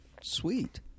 sweet